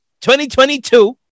2022